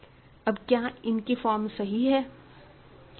अब क्या इनकी फॉर्म सही है